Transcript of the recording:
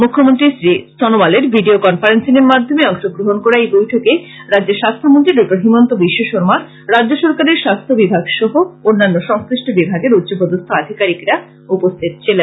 মৃখ্যমন্ত্রী শ্রী সনোয়ালের video conferencing এর মাধ্যমে অংশগ্রহন করা এই বৈঠকে রাজ্যের স্বাস্থ্যমন্ত্রী ড হিমন্ত বিশ্ব শর্মা রাজ্য সরকারের স্বাস্থ্য বিভাগ সহ অন্যান্য সংশ্লিষ্ট বিভাগের উচ্চপদস্থ আধিকারীকরা উপস্থিত ছিলেন